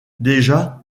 déjà